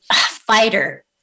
fighter